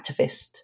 activist